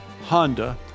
Honda